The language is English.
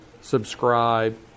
subscribe